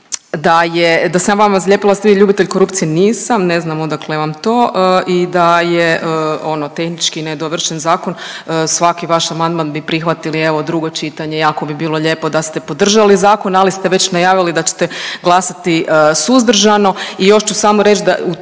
da sam ja vama zalijepila da ste vi ljubitelj korupcije, nisam, ne znam odakle vam to i da je ono tehnički nedovršen zakon svaki vaš amandman bi prihvatili evo drugo čitanje, jako bi bilo lijepo da ste podržali zakon, ali ste već najavili da ćete glasati suzdržano.